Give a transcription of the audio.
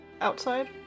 outside